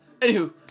Anywho